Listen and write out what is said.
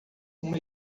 uma